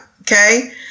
okay